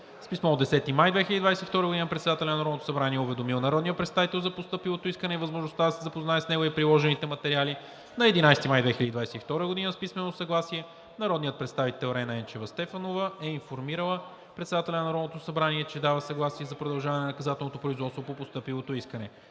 С писмо от 10 май 2022 г. председателят на Народното събрание е уведомил народния представител за постъпилото искане и възможността да се запознае с него и приложените материали. На 11 май 2022 г. с писмено съгласие народният представител Рена Енчева Стефанова е информирала председателя на Народното събрание, че дава съгласие за продължаване на наказателното производство по постъпилото искане.